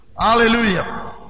hallelujah